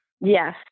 Yes